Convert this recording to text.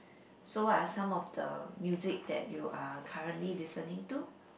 so what are some of the music that you are currently listening to